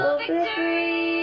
victory